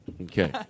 Okay